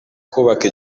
kubaka